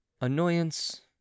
Annoyance